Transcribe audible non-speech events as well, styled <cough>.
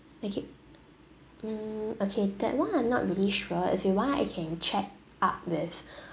okay mm okay that [one] I'm not really sure if you want I can check up with <breath>